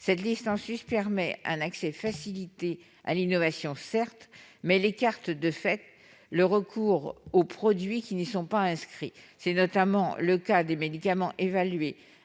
Cette liste permet un accès facilité à l'innovation, certes, mais elle écarte de fait le recours aux produits qui n'y sont pas inscrits. C'est notamment le cas des médicaments évalués